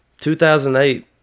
2008